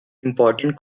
important